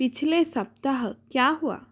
पिछले सप्ताह क्या हुआ